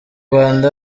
rwanda